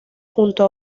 junto